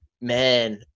man